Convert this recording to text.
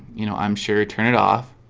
you know, i'm sure turn it off